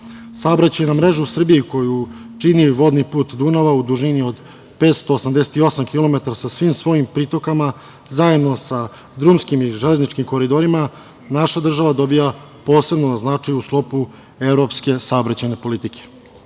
mreža u Srbiji koju čini vodni put Dunava u dužini od 588km sa svim svojim pritokama, zajedno sa drumskim i železničkim koridorima naša država dobija posebno na značaju u sklopu evropske saobraćajne